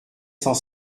cent